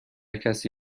کسی